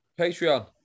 Patreon